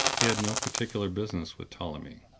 he had no particular business with ptolemy.